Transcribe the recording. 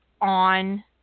on